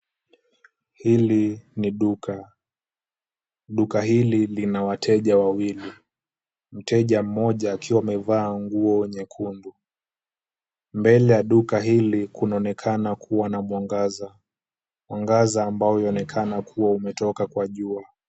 Hili ni duka, duka hili lina wateja wawili, mteja mmoja akiwa amevaa nguo nyekundu. Mbele ya duka hili kunaonekana kuwa na mwangaza, mwangaza ambao yuwaonekana kuwa umetoka kwa jua.